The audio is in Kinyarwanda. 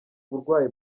burwayi